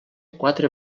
quatre